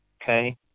Okay